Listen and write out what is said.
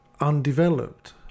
undeveloped